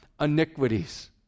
iniquities